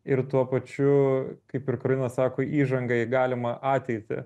ir tuo pačiu kaip ir karolina sako įžanga į galimą ateitį